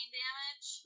damage